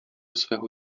svého